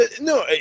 No